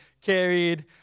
carried